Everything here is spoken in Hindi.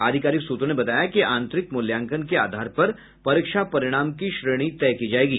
आधिकारिक सूत्रों ने बताया कि आंतरिक मूल्यांकन के आधार पर परीक्षा परिणाम की श्रेणी तय की जायेगी